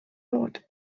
muud